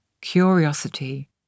curiosity